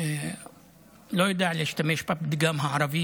לא יודע אם להשתמש בפתגם הערבי,